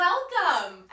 Welcome